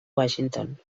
washington